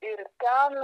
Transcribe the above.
ir ten